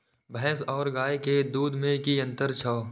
भैस और गाय के दूध में कि अंतर छै?